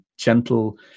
gentle